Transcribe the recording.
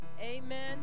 amen